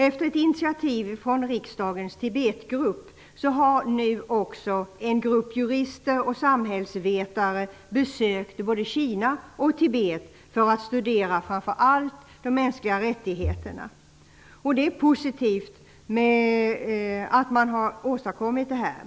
Efter ett initiativ från riksdagens Tibetgrupp har också en grupp jurister och samhällsvetare nu besökt både Kina och Tibet för att studera framför allt de mänskliga rättigheterna. Det är positivt att man har åstadkommit detta.